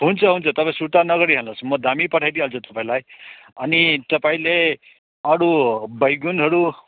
हुन्छ हुन्छ तपाईँ सुर्ता नगरी हाल्नुहोस् म दामी पठाइदिई हाल्छु तपाईँलाई अनि तपाईँले अरू बैगुनहरू